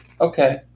okay